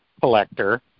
collector